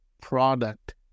product